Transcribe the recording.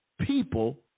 people